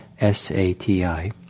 S-A-T-I